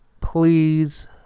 please